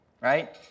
right